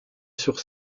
sur